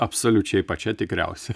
absoliučiai pačia tikriausia